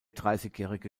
dreißigjährige